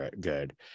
good